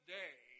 day